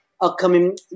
upcoming